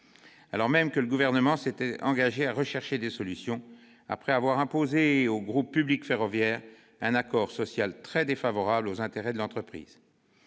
alors même que le gouvernement s'était engagé à rechercher des solutions, après avoir imposé au groupe public ferroviaire un accord social très défavorable aux intérêts de l'entreprise.